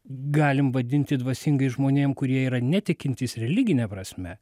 galim vadinti dvasingais žmonėm kurie yra netikintys religine prasme